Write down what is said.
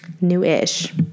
new-ish